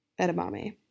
edamame